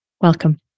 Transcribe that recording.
welcome